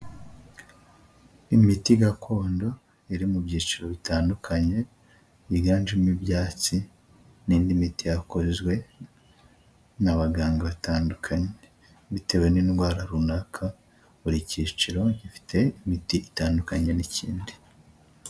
Imiti gakondo iri mu byiciro bitandukanye yiganjemo ibyatsi n'indi miti yakozwe n'abaganga batandukanye, bitewe n'indwara runaka buri cyiciro gifite imiti itandukanye n'ikindi.